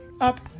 up